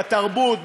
בתרבות,